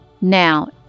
Now